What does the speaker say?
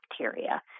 bacteria